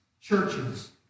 churches